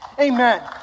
Amen